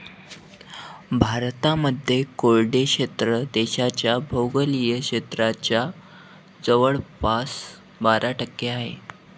भारतामध्ये कोरडे क्षेत्र देशाच्या भौगोलिक क्षेत्राच्या जवळपास बारा टक्के आहे